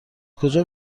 کجا